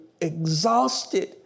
exhausted